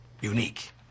unique